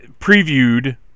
previewed